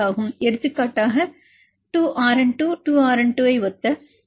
எடுத்துக்காட்டாக 2RN2 2RN2 ஐ ஒத்த புரதங்களைக் காணலாம்